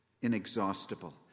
inexhaustible